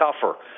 tougher